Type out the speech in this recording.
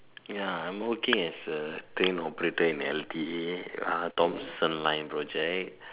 ya I'm okay as a train operator in L_T_A Thomson line project